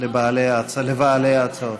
לבעלי ההצעות.